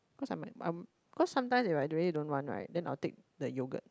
cause I'm I'm cause sometimes if I really don't want right then I'll take the yogurt